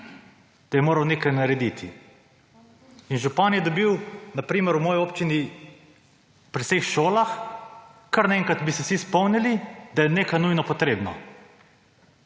da je moral nekaj narediti. In župan je dobil na primer v moji občini pri vseh šolah, kar na enkrat bi se vsi spomnili, da je nekaj nujno potrebno.